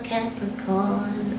Capricorn